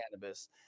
cannabis